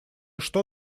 что